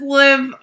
live